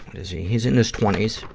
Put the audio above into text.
what is he? he's in his twenty s.